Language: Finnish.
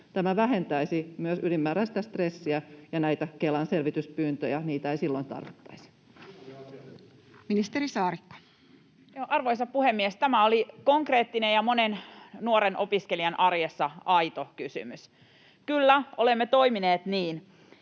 Tämä vähentäisi myös ylimääräistä stressiä ja näitä Kelan selvityspyyntöjä. Niitä ei silloin tarvittaisi. [Paavo Arhinmäki: Siinä oli asiallinen kysymys!] Ministeri Saarikko. Arvoisa puhemies! Tämä oli konkreettinen ja monen nuoren opiskelijan arjessa aito kysymys. Kyllä, olemme toimineet niin,